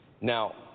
Now